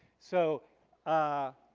so a